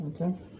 Okay